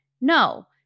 No